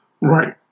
Right